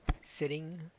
Sitting